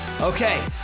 Okay